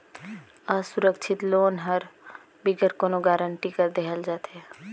असुरक्छित लोन हर बिगर कोनो गरंटी कर देहल जाथे